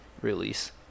release